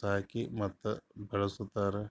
ಸಾಕಿ ಮತ್ತ ಬೆಳಸ್ತಾರ್